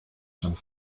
schon